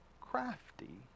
crafty